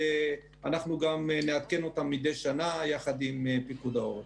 ואנחנו גם נעדכן אותן מדי שנה יחד עם פיקוד העורף.